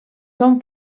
són